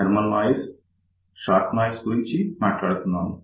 thermal noise shot noise గురించి మాట్లాడుకొన్నాము